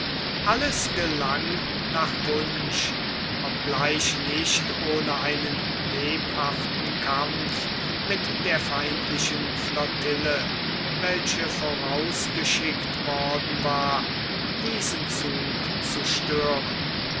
alles gelang nach wunsch obgleich nicht ohne einen lebhaften kampf mit der feindlichen flottille welche vorausgeschickt worden war diesen zug zu stören